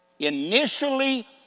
Initially